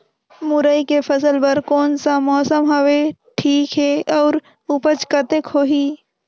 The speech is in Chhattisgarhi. मुरई के फसल बर कोन सा मौसम हवे ठीक हे अउर ऊपज कतेक होही?